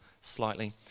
slightly